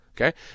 okay